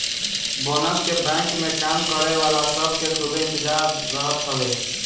bonus के bank में काम करे वाला सब के खूबे इंतजार रहत हवे